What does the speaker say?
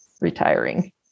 retiring